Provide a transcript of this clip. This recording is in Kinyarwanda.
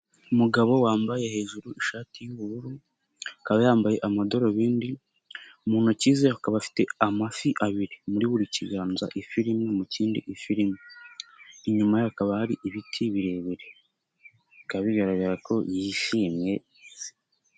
Umugabo wambaye hejuru ishati y'ubururu, akaba yambaye amadarubindi, mu ntoki ze akaba afite amafi abiri. Muri buri kiganza ifi rimwe, mu kindi ifi rimwe. Inyuma ye hakaba hari ibiti birebire. Bikaba bigaragara ko yishimye.